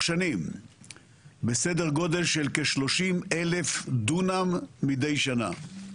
שנים בסדר גודל של כ-30,000 דונם מדי שנה.